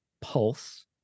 pulse